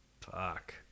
Fuck